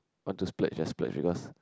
want to split just split